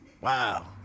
Wow